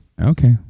Okay